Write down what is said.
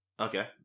Okay